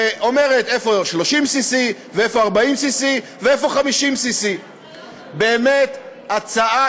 שאומרת איפה 30cc ואיפה 40cc ואיפה 50cc. באמת הצעה,